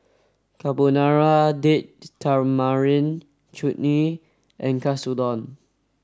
Carbonara Date Tamarind Chutney and Katsudon